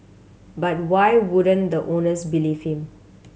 but why wouldn't the owners believe him